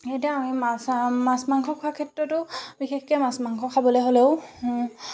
এতিয়া আমি মাছ মাছ মাংস খোৱাৰ ক্ষেত্ৰতো বিশেষকৈ মাছ মাংস খাবলৈ হ'লেও